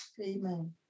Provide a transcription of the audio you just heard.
Amen